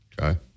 Okay